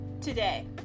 today